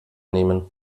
nehmen